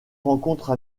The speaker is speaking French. rencontres